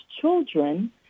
children